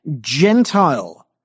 Gentile